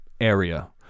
area